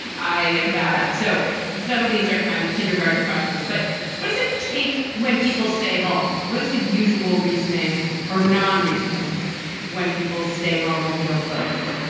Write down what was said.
i am bad at so many um of these are kind of kindergarten questions. but what does it take when people stay home? what is the usual reasoning or non reasoning when people stay home and don't vote?